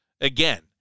again